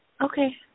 Okay